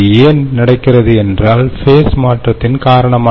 இது ஏன் நடக்கிறது என்றால் ஃபேஸ் மாற்றத்தின் காரணமாக